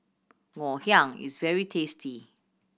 Ngoh Hiang is very tasty